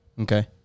Okay